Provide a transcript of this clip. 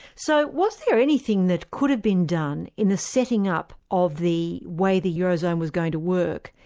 so was there anything that could have been done in the setting up of the way the eurozone was going to work,